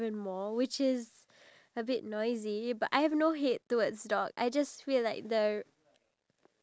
sterilise all of them and it cost like around five hundred singapore dollars just to do that